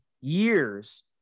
years